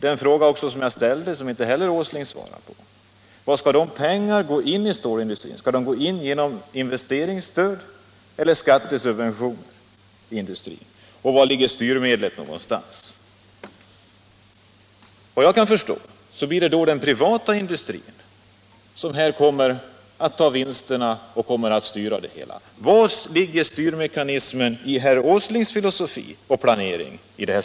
Den frågan svarade inte heller herr Åsling på. Hur skall de pengarna gå in i stålindustrin? Skall det ske genom investeringsstöd eller genom skattesubventioner? Och var ligger styrmedlet? Vad jag kan förstå blir det den privata industrin som tar vinsterna och styr det hela. Var ligger styrmekanismen i herr Åslings filosofi och planering?